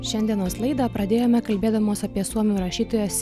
šiandienos laidą pradėjome kalbėdamos apie suomių rašytojos